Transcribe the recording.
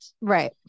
Right